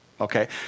okay